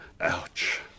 Ouch